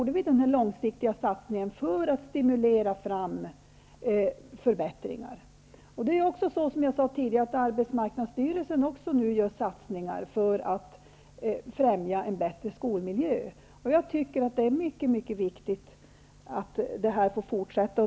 Denna långsiktiga satsning gjordes för att förbättringar skulle stimuleras fram. Som jag sade tidigare gör nu även arbetsmarknadsstyrelsen satsningar för att främja en bättre skolmiljö. Jag tycker att det är mycket viktigt att detta får fortsätta.